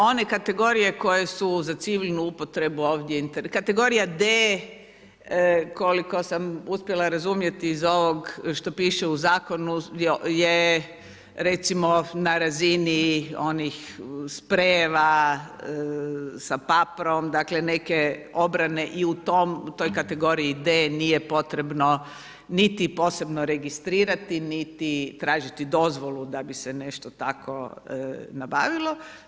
One kategorije koje su za civilnu upotrebu ovdje kategorija D koliko sam uspjela razumjeti iz ovoga što piše u zakonu je recimo na razini onih sprejeva sa paprom dakle, neke obrane i u toj kategoriji D nije potrebno niti posebno registrirati, niti tražiti dozvolu da bi se nešto takvo nabavilo.